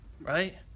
right